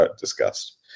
discussed